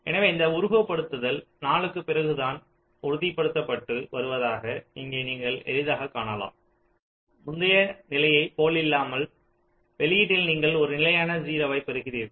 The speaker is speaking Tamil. எனவே இந்த உருவகப்படுத்துதல் 4 க்குப் பிறகுதான் உறுதிப்படுத்தப்பட்டு வருவதாக இங்கே நீங்கள் எளிதாகக் காணலாம் முந்தைய நிலையை போலில்லாமல் வெளியீட்டில் நீங்கள் ஒரு நிலையான 0 ஐப் பெறுகிறீர்கள்